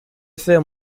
film